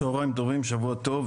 צוהריים טובים ושבוע טוב,